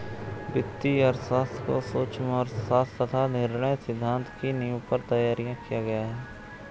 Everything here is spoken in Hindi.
वित्तीय अर्थशास्त्र को सूक्ष्म अर्थशास्त्र तथा निर्णय सिद्धांत की नींव पर तैयार किया गया है